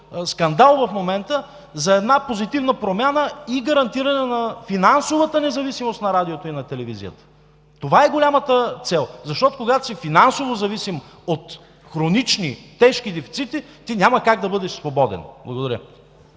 скандал в момента за една позитивна промяна и гарантиране на финансовата независимост на Радиото и Телевизията. Това е голямата цел, защото когато си финансово зависим от хронични, тежки дефицити, ти няма как да бъдеш свободен. Благодаря.